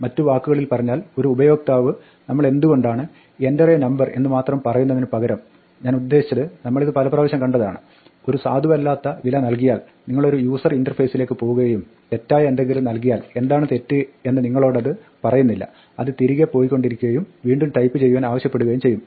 മറ്റു വാക്കുകളിൽ പറഞ്ഞാൽ ഒരു ഉപയോക്താവ് നമ്മളെന്ത് കൊണ്ടാണ് "enter a number" എന്ന് മാത്രം പറയുന്നതിന് പകരം ഞാനുദ്ദേശിച്ചത് നമ്മളിത് പല പ്രാവശ്യം കണ്ടതാണ് ഒരു സാധുവല്ലാത്ത വില നൽകിയാൽ നിങ്ങളൊരു യൂസർ ഇന്റർഫേസിലേക്ക് പോകുകയും തെറ്റായ എന്തെങ്കിലും നൽകിയാൽ എന്താണ് തെറ്റ് എന്ന് നിങ്ങളോടത് പറയുന്നില്ല അത് തരികെ പോയിക്കൊണ്ടിരിക്കുകയും വീണ്ടും ടൈപ്പ് ചെയ്യുവാൻ ആവശ്യപ്പെടുകയും ചെയ്യും